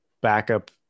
backup